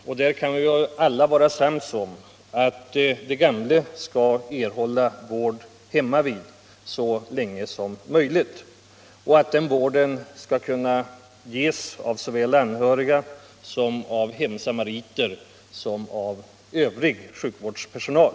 Vi kan väl alla vara ense om att de gamla skall erhålla vård hemmavid så länge som möjligt och att denna vård skall kunna ges såväl av anhöriga som av hemsamariter och annan sjukvårdspersonal.